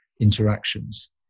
interactions